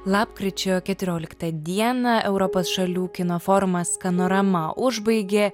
lapkričio keturioliktą dieną europos šalių kino forumas scanorama užbaigė